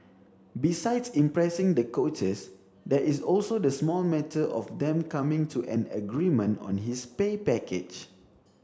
besides impressing the coaches there is also the small matter of them coming to an agreement on his pay package